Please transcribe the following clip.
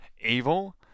evil